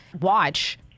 watch